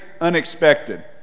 unexpected